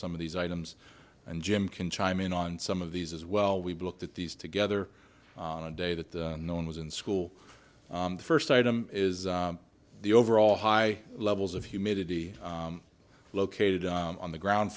some of these items and jim can chime in on some of these as well we've looked at these together on a day that no one was in school the first item is the overall high levels of humidity located on the ground